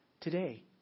today